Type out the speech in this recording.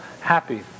happy